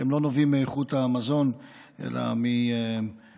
שהם לא נובעים מאיכות המזון אלא מהתייחסות,